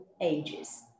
ages